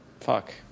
Fuck